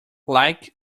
like